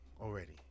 already